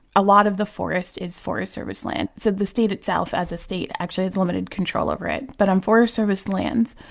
a lot of the forest is forest service land. so the state itself as a state actually has limited control over it. but on forest service lands,